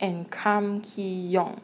and Kam Kee Yong